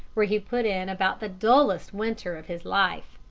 where he put in about the dullest winter of his life.